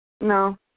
No